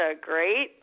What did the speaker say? great